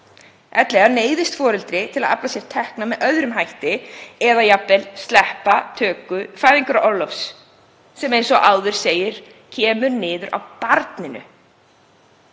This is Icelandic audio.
ellegar neyðist foreldri til að afla sér tekna með öðrum hætti og þá jafnvel sleppa töku fæðingarorlofss, sem eins og áður segir kemur niður á barninu.